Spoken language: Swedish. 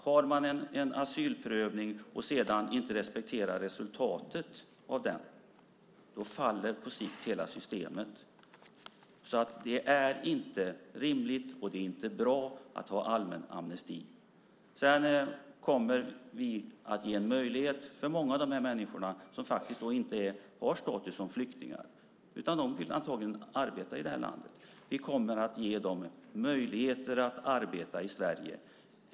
Har man en asylprövning och inte respekterar resultatet faller hela systemet på sikt. Det är inte rimligt och det är inte bra att ha allmän amnesti. Vi kommer att ge många av de människor som inte har status som flyktingar utan vill arbeta här möjlighet att arbeta i Sverige.